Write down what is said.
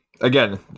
again